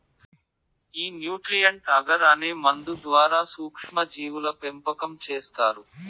ఈ nutrient agar అనే మందు ద్వారా సూక్ష్మ జీవుల పెంపకం చేస్తారు